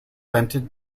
vented